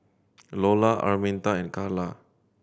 Lola Araminta and Karla